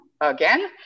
again